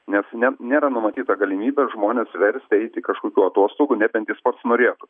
nes ne nėra numatyta galimybė žmones versti eiti kažkokių atostogų nebent jis pats norėtų